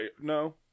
no